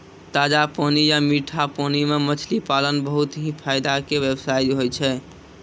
ताजा पानी या मीठा पानी मॅ मछली पालन बहुत हीं फायदा के व्यवसाय होय छै